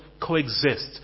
coexist